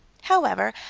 however,